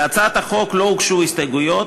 להצעת החוק לא הוגשו הסתייגויות,